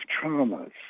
traumas